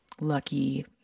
lucky